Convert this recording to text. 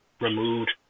removed